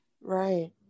Right